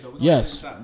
Yes